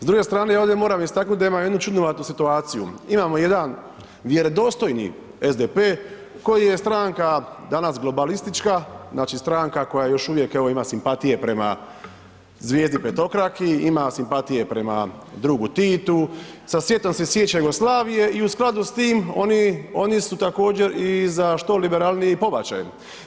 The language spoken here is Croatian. S druge strane ja ovdje moram istaknut da imam jednu čudnovatu situaciju, imamo jedan vjerodostojni SDP koji je stranka danas globalistička, znači stranka koja još uvijek evo ima simpatije prema zvijezdi petokraki, ima simpatije prema drugu Titu, sa sjetom se sjeća Jugoslavije i u skladu s tim oni, oni su također i za što liberalniji pobačaj.